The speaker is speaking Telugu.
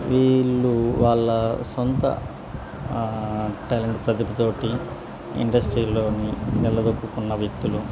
వీళ్ళు వాళ్ళ సొంత ట్యాలెంట్ ప్రతిభతోటి ఇండస్ట్రీలోని నిలదొక్కుకున్న వ్యక్తులు